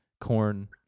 corn